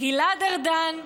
גלעד ארדן,